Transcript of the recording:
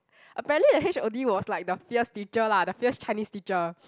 apparently the H_O_D was like the fierce teacher lah the fierce Chinese teacher